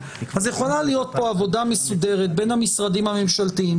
אז יכולה להיות פה עבודה מסודרת בין המשרדים הממשלתיים,